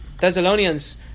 Thessalonians